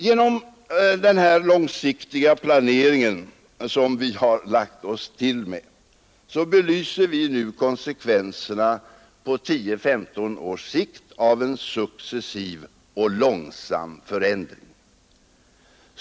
Genom den långtidsplanering som vi har lagt oss till med belyser vi nu konsekvenserna på 10—15 års sikt av en successiv och långsam förändring.